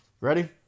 Ready